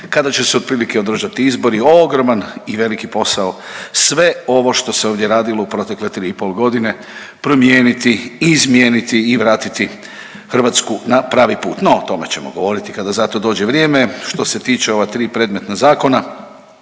kada će se otprilike održati izbor, ogroman i veliki posao sve ovo što se ovdje radilo u protekle 3,5 godine promijeniti, izmijeniti i vratiti Hrvatsku na pravi put. No, o tome ćemo govoriti kada za to dođe vrijeme. Što se tiče ova tri predmetna zakona